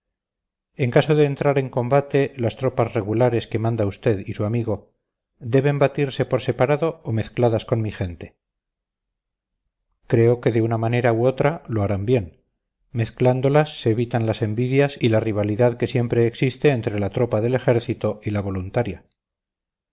en caso de entrar en combate las tropas regulares que manda usted y su amigo deben batirse por separado o mezcladas con mi gente creo que de una manera u otra lo harán bien mezclándolas se evitan las envidias y la rivalidad que siempre existe entre la tropa del ejército y la voluntaria